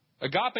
Agape